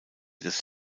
des